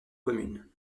communes